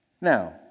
Now